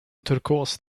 turkos